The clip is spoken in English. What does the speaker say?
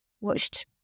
watched